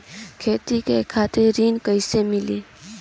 खेती करे खातिर ऋण कइसे मिली?